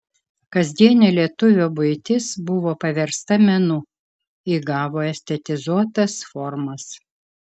kasdienė lietuvio buitis buvo paversta menu įgavo estetizuotas formas